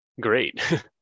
great